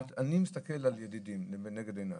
אבל אני מסתכל על ידידים לנגד עיניי.